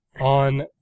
on